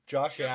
Josh